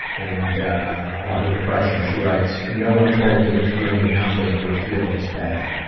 and about her depression she writes, no one told me that feeling nothing would feel this bad.